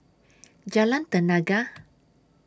Jalan Tenaga